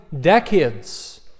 decades